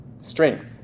strength